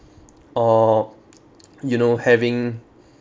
or you know having